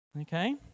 Okay